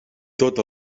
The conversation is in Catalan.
tot